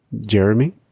Jeremy